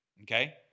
Okay